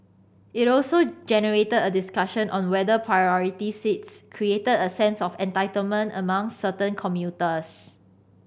it also generated a discussion on whether priority seats created a sense of entitlement among certain commuters